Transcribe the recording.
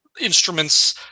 instruments